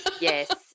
Yes